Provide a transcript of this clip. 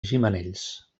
gimenells